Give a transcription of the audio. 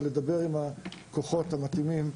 אבל לדבר עם הכוחות המתאימים,